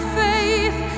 faith